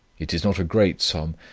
it is not a great sum,